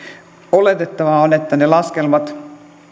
oletettavaa on että ne laskelmat